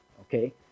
okay